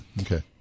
Okay